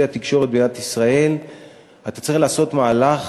התקשורת במדינת ישראל אתה צריך לעשות מהלך